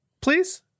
Please